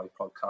Podcast